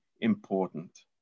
important